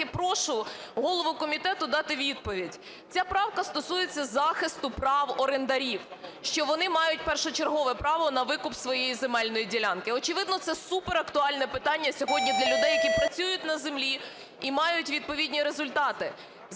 все-таки прошу голову комітету дати відповідь. Ця правка стосується захисту прав орендарів, що вони мають першочергове право на викуп своєї земельної ділянки. Очевидно, це супер актуальне питання сьогодні для людей, які працюють на землі і мають відповідні результати.